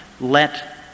let